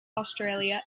australia